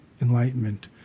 enlightenment